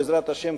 בעזרת השם,